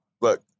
Look